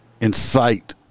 incite